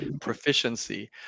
proficiency